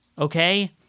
okay